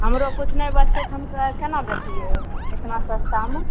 हमरो किछु नैहि बचतै तऽ हम केना बेच लियै एतना सस्तामे